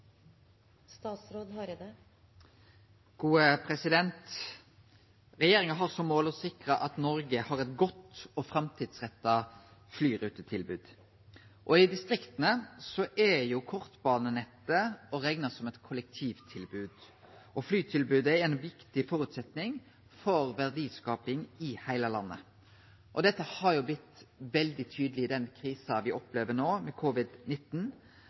Regjeringa har som mål å sikre at Noreg har eit godt og framtidsretta flyrutetilbod. I distrikta er jo kortbanenettet å rekne som eit kollektivtilbod, og flytilbodet er ein viktig føresetnad for verdiskaping i heile landet. Dette har blitt veldig tydeleg i den krisa me opplever no med